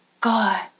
God